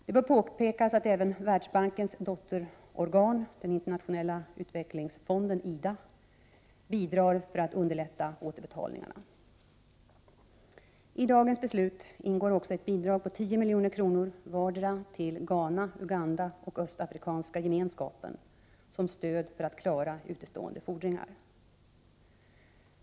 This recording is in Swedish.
Det bör påpekas att även Världsbankens dotterorgan — den Internationella utvecklingsfonden, IDA — bidrar för att underlätta återbetalningarna. I dagens beslut ingår också ett bidrag på 10 milj.kr. vardera till Ghana, Uganda och Östafrikanska gemenskapen, som stöd för att klara återstående fordringar.